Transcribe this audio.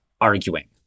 arguing